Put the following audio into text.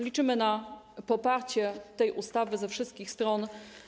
Liczymy na poparcie tej ustawy ze wszystkich stron.